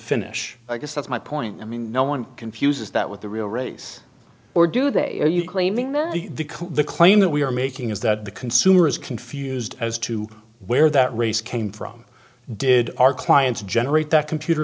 finish i guess that's my point i mean no one confuses that with the real race or do they are you claiming that the claim that we are making is that the consumer is confused as to where that race came from did our clients generate that computer